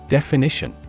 Definition